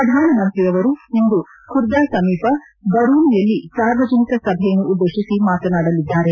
ಪ್ರಧಾನ ಮಂತ್ರಿಯವರು ಇಂದು ಖುರ್ದಾ ಸಮೀಪ ಬರೂನಿಯಲ್ಲಿ ಸಾರ್ವಜನಿಕ ಸಭೆಯನ್ನು ಉದ್ದೇಶಿಸಿ ಮಾತನಾಡಲಿದ್ದಾರೆ